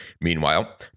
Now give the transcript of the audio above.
Meanwhile